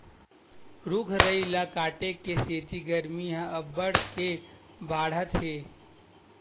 रूख राई ल काटे के सेती गरमी ह अब्बड़ के बाड़हत हे